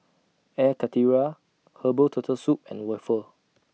Air Karthira Herbal Turtle Soup and Waffle